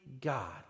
God